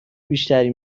بیشتری